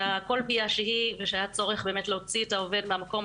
אלא כל פגיעה שהיא ושהיה בה צורך באמת להוציא את העובד מהמקום,